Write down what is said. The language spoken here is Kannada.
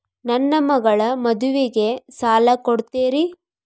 ನನ್ನ ಮಗಳ ಮದುವಿಗೆ ಸಾಲ ಕೊಡ್ತೇರಿ?